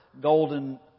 golden